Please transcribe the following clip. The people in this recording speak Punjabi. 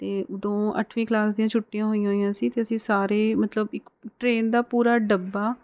ਅਤੇ ਉਦੋਂ ਅੱਠਵੀਂ ਕਲਾਸ ਦੀਆਂ ਛੁੱਟੀਆਂ ਹੋਈਆਂ ਹੋਈਆਂ ਸੀ ਅਤੇ ਅਸੀਂ ਸਾਰੇ ਮਤਲਬ ਇੱਕ ਟ੍ਰੇਨ ਦਾ ਪੂਰਾ ਡੱਬਾ